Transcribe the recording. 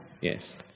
Yes